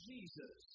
Jesus